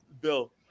Bill